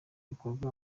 bikorwa